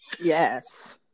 Yes